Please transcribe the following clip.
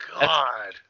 god